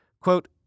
Quote